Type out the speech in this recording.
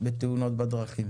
בתאונות דרכים.